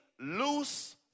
loose